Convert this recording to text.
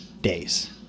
days